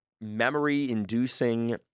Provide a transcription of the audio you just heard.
memory-inducing